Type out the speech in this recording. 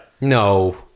No